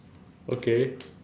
okay